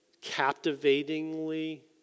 captivatingly